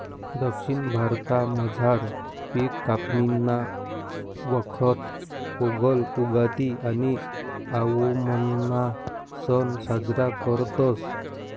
दक्षिण भारतामझार पिक कापणीना वखत पोंगल, उगादि आणि आओणमना सण साजरा करतस